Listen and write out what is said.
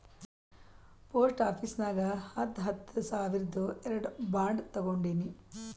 post office ನಾಗ್ ಹತ್ತ ಹತ್ತ ಸಾವಿರ್ದು ಎರಡು ಬಾಂಡ್ ತೊಗೊಂಡೀನಿ